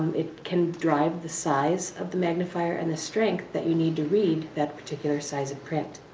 it can drive the size of the magnifier and the strength that you need to read that particular size of print.